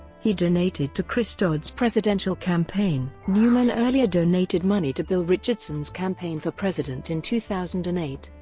he donated to chris dodd's presidential campaign. newman earlier donated money to bill richardson's campaign for president in two thousand and eight.